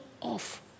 off